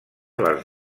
les